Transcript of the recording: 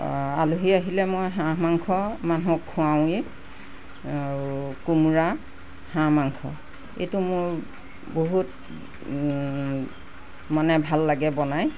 আলহী আহিলে মই হাঁহ মাংস মানুহক খুৱাওঁগৈ আৰু কোমোৰা হাঁহ মাংস এইটো মোৰ বহুত মানে ভাল লাগে বনাই